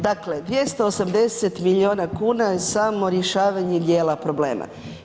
Dakle, 280 milijuna kuna je samo rješavanje dijela problema.